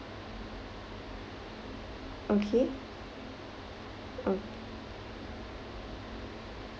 okay oh